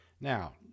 Now